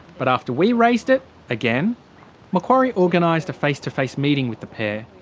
but after we raised it again macquarie organised a face-to-face meeting with the pair.